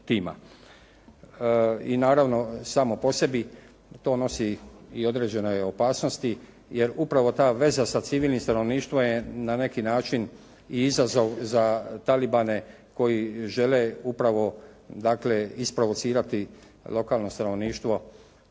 I naravno, samo po sebi to nosi i određene opasnosti, jer upravo ta veza sa civilnim stanovništvom je na neki način i izazov za talibane koji žele upravo dakle isprovocirati lokalno stanovništvo